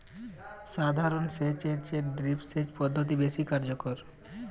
সাধারণ সেচ এর চেয়ে ড্রিপ সেচ পদ্ধতি বেশি কার্যকর